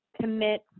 commit